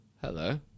Hello